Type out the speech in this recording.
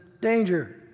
danger